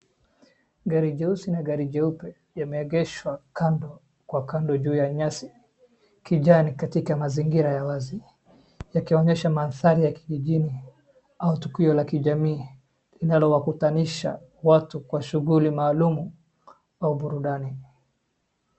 Gari jeusi na gari jeupe yameegeshwa kando kwa kando juu ya nyasi kijani katika mazingira ya wazi. Yakionyesha mandhari ya kijijini au tukio la kijamii linalowakutanisha watu kwa shughuli maalum au burudani.